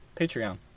Patreon